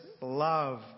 love